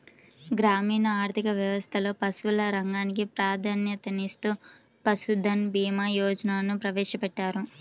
గ్రామీణ ఆర్థిక వ్యవస్థలో పశువుల రంగానికి ప్రాధాన్యతనిస్తూ పశుధన్ భీమా యోజనను ప్రవేశపెట్టారు